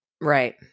Right